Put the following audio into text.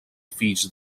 fills